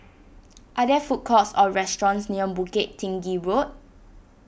are there food courts or restaurants near Bukit Tinggi Road